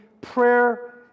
prayer